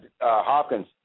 Hopkins